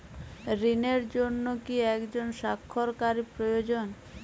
ঋণের জন্য কি একজন স্বাক্ষরকারী প্রয়োজন?